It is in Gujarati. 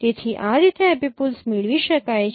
તેથી આ રીતે એપિપોલ્સ મેળવી શકાય છે